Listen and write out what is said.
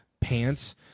pants